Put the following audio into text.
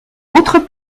autres